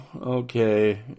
okay